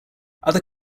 other